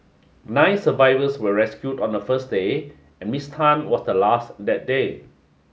nine survivors were rescued on the first day and Miss Tan was the last that day